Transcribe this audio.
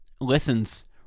Lessons